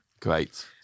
great